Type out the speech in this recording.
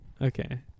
okay